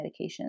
medications